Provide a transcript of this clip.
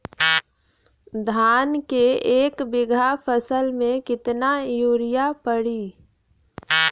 धान के एक बिघा फसल मे कितना यूरिया पड़ी?